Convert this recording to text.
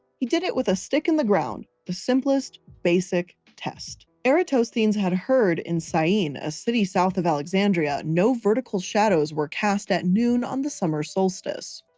he did it with a stick in the ground. the simplest basic test. eratosthenes had heard in syene, a city south of alexandria, no vertical shadows were cast at noon on the summer solstice.